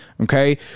Okay